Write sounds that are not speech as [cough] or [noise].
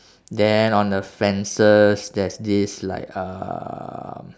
[breath] then on the fences there's this like um